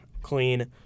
clean